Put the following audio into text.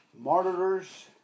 Martyrs